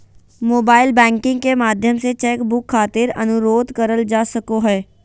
mobile banking के माध्यम से चेक बुक खातिर अनुरोध करल जा सको हय